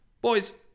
Boys